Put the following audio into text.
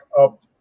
up